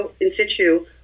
In-Situ